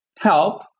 help